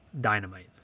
dynamite